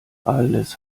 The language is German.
alles